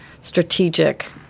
strategic